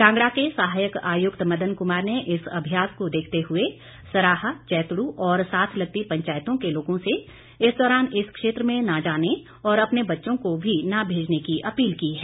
कांगड़ा के सहायक आयुक्त मदन कुमार ने इस अभ्यास को देखते हुए सराह चैतडू और साथ लगती पंचायतों के लोगों से इस दौरान इस क्षेत्र में न जाने और अपने बच्चों को भी न भेजने की अपील की है